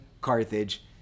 Carthage